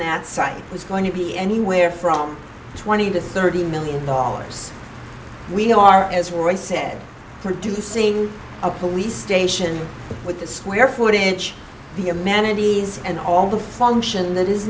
that site is going to be anywhere from twenty to thirty million dollars we are as we're in said producing a police station with the square footage the amenities and all the function that is